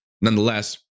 Nonetheless